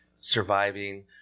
surviving